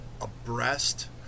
abreast